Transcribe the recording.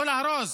לא להרוס.